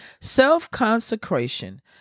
Self-consecration